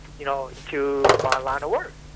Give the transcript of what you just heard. you know, into my line of work.